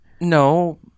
no